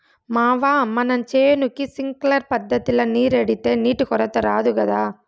మావా మన చేనుకి సింక్లర్ పద్ధతిల నీరెడితే నీటి కొరత రాదు గదా